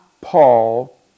Paul